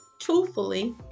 truthfully